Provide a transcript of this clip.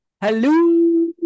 Hello